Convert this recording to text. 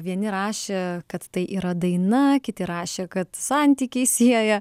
vieni rašė kad tai yra daina kiti rašė kad santykiai sieja